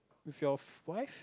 if your wife